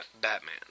Batman